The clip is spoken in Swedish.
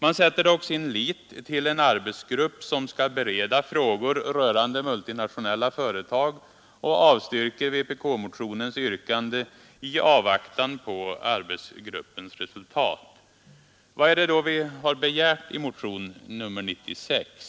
Man sätter dock sin lit till en arbetsgrupp som skall bereda frågor rörande multinationella företag och avstyrker vpk-motionens yrkande i avvaktan på arbetsgruppens resultat. Vad är det då vi har begärt i motionen 96?